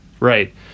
Right